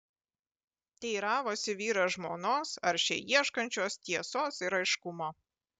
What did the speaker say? teiravosi vyras žmonos aršiai ieškančios tiesos ir aiškumo